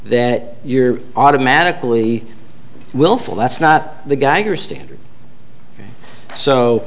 that you're automatically willful that's not the geiger standard so